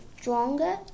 stronger